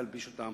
להלביש אותם,